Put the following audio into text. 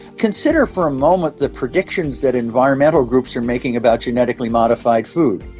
consider for a moment the predictions that environmental groups are making about genetically modified food.